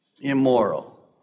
immoral